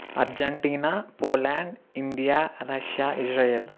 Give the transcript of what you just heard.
Argentina Poland India Russia Israel